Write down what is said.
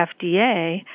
FDA